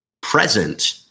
present